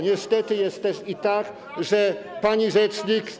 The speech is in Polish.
Niestety jest też tak, że pani rzecznik.